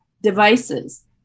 devices